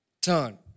Turn